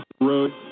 Road